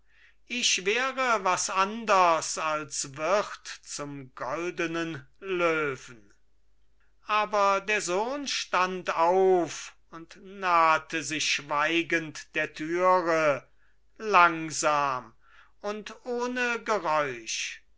ich wäre was anders als wirt zum goldenen löwen aber der sohn stand auf und nahte sich schweigend der türe langsam und ohne geräusch